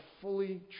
fully